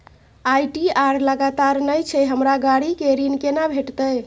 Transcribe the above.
ITR लगातार नय छै हमरा गाड़ी के ऋण केना भेटतै?